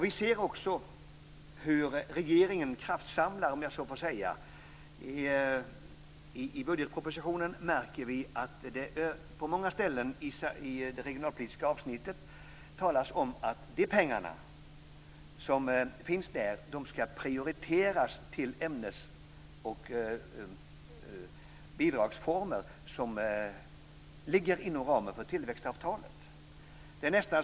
Vi ser också hur regeringen kraftsamlar, om jag så får säga. Vi märker att det på många ställen i det regionalpolitiska avsnittet i budgetpropositionen talas om att de bidragsformer som ligger inom ramen för tillväxtavtalet ska prioriteras.